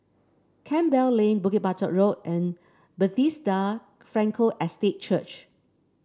Campbell Lane Bukit Batok Road and Bethesda Frankel Estate Church